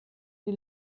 die